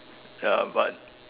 ya but